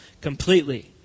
completely